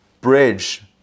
bridge